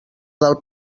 del